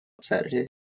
Saturday